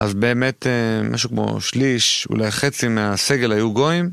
אז באמת משהו כמו שליש, אולי חצי מהסגל היו גויים.